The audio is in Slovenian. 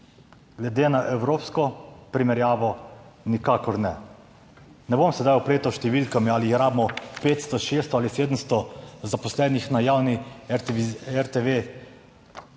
Glede na evropsko primerjavo nikakor ne. Ne bom se zdaj vpletal s številkami, ali rabimo 500, 600 ali 700 zaposlenih na javni RTV,